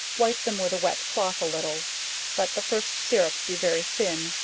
wipe them with a wet cloth a little let the first sirrup be very thin,